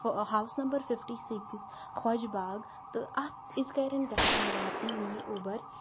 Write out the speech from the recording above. house number fifty six خۄج باغ تہٕ اَتھ اِز گرٮ۪ن گژھِ مےٚ واتٕنۍ میٲنۍ اوٚبر